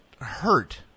hurt